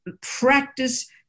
practice